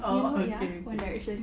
oh okay okay